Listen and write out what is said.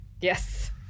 yes